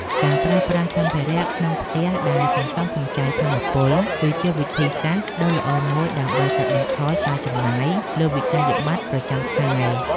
ការប្រើប្រាស់សម្ភារៈក្នុងផ្ទះដែលសន្សំសំចៃថាមពល គឺជាវិធីសាស្ត្រដ៏ល្អមួយដើម្បីកាត់បន្ថយការចំណាយលើវិក្កយបត្រប្រចាំខែ។